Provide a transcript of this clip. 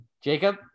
Jacob